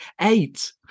eight